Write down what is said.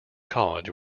college